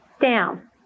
down